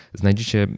znajdziecie